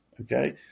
Okay